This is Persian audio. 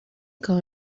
کار